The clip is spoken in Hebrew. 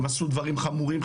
הם עשו דברים חמורים,